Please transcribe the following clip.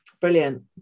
brilliant